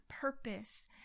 purpose